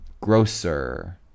Grocer